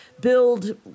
build